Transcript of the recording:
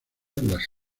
las